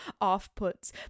offputs